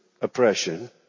Oppression